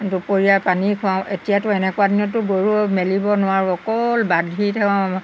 দুপৰীয়া পানী খুৱাওঁ এতিয়াতো এনেকুৱা দিনতো গৰু মেলিব নোৱাৰোঁ অকল বান্ধি থওঁ